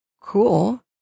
cool